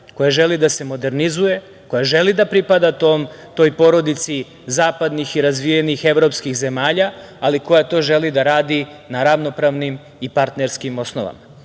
koja želi da se modernizuje, koja želi da pripada toj porodici zapadnih i razvijenih evropskih zemalja, ali koja to želi da radi na ravnopravnim i partnerskim osnovama. Nama